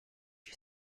you